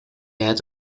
had